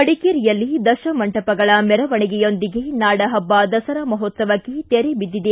ಮಡಿಕೇರಿಯಲ್ಲಿ ದಶಮಂಟಪಗಳ ಮೆರವಣಿಗೆಯೊಂದಿಗೆ ನಾಡ ಹಬ್ಬ ದಸರಾ ಮಹೋತ್ಸವಕ್ಕೆ ತೆರೆ ಬಿದ್ದಿದೆ